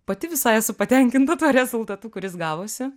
pati visai esu patenkinta tuo rezultatu kuris gavosi